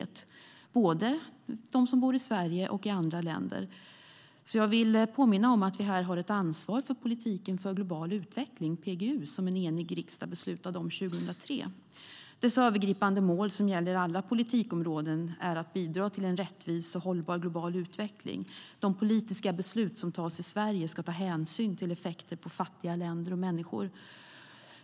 Det gäller både dem som bor i Sverige och dem som bor i andra länder. Jag vill påminna om att vi här har ett ansvar för politiken för global utveckling, PGU, som en enig riksdag beslutade om 2003. Dess övergripande mål, som gäller alla politikområden, är att bidra till en rättvis och hållbar global utveckling, och de politiska beslut som fattas i Sverige ska ta hänsyn till effekter på fattiga länder och människor.